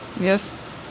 Yes